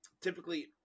Typically